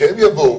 לא,